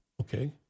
Okay